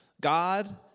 God